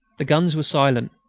the guns were silent.